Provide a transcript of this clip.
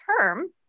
term